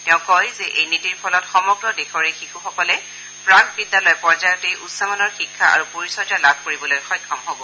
তেওঁ কয় যে এই নীতিৰ ফলত সমগ্ৰ দেশৰে শিশুসকলে প্ৰাক্ বিদ্যালয় পৰ্যায়তে উচ্চমানৰ শিক্ষা আৰু পৰিচৰ্যা লাভ কৰিবলৈ সক্ষম হব